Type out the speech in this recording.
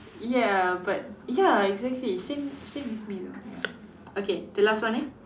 ya but ya exactly same same with me you know ya okay the last one eh